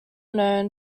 known